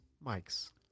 Mike's